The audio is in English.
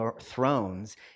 thrones